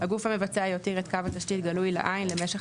הגוף המבצע יותיר את קו התשתית גלוי לעין למשך